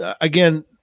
again